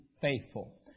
faithful